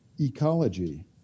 ecology